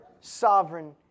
sovereign